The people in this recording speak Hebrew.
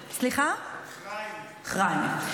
חריימה.